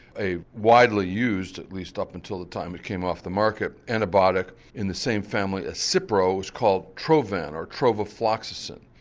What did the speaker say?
a widely used, at least up until the time it came off the market, antibiotic in the same family as so cipro was called trovan or trovafloxacin.